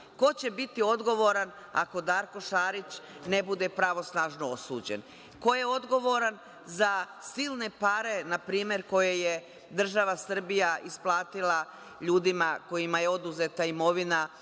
Ko će biti odgovoran ako Darko Šarić ne bude pravosnažno osuđen? Ko je odgovoran za silne pare, na primer, koje je država Srbija isplatila ljudima kojima je oduzeta imovina,